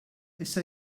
issa